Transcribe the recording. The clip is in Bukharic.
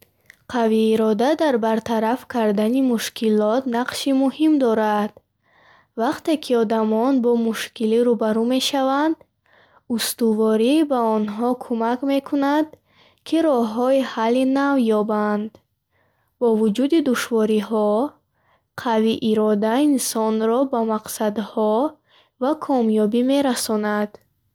Қавиирода дар бартараф кардани мушкилот нақши муҳим дорад. Вақте ки одамон бо мушкилӣ рӯбарӯ мешаванд, устуворӣ ба онҳо кӯмак мекунад, ки роҳҳои ҳалли нав ёбанд. Бо вуҷуди душвориҳо, қавиирода инсонро ба мақсадҳо ва комёбӣ мерасонад.